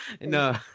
no